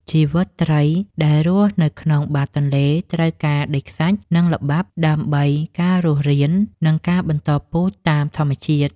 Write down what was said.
ជីវិតត្រីដែលរស់នៅក្នុងបាតទន្លេត្រូវការដីខ្សាច់ និងល្បាប់ដើម្បីការរស់រាន និងការបន្តពូជតាមធម្មជាតិ។